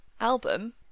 album